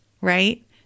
right